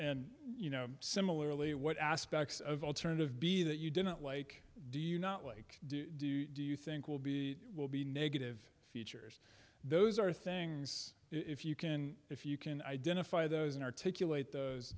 d similarly what aspects of alternative b that you didn't like do you not like do do do you think will be will be negative features those are things if you can if you can identify those and articulate those